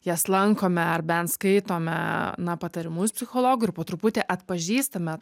jas lankome ar bent skaitome na patarimus psichologų ir po truputį atpažįstame